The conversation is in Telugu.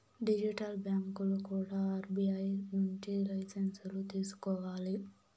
డిజిటల్ బ్యాంకులు కూడా ఆర్బీఐ నుంచి లైసెన్సులు తీసుకోవాలి